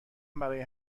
برای